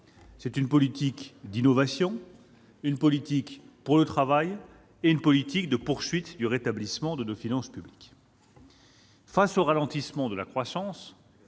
C'est une politique d'innovation, une politique pour le travail et une politique de poursuite du rétablissement de nos finances publiques. Face au ralentissement de la croissance,